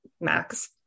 max